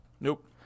Nope